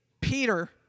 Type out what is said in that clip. Peter